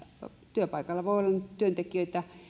työpaikalla voi olla toisia työntekijöitä